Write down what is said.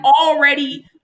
already